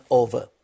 over